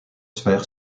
sphères